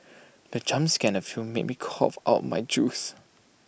the jump scare in the film made me cough out my juice